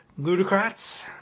Ludocrats